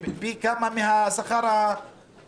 שהוא פי כמה מהשכר הממוצע.